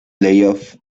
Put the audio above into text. playoffs